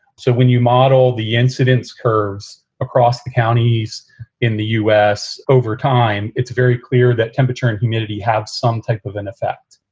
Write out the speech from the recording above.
so when you model the incidence curves across the counties in the us over time, it's very clear that temperature and humidity have some type of an effect.